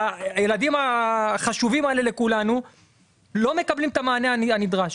הילדים החשובים האלה לכולנו לא מקבלים את המענה הנדרש.